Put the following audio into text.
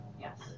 Yes